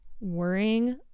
worrying